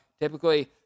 Typically